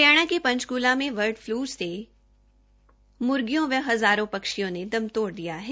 हरियाणा के पंचकूला में bird flu से मूर्गियों व हजारों पक्षियों ने दम तोड़ दिया है